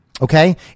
Okay